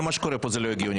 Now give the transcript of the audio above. כל מה שקורה פה לא הגיוני,